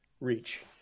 reach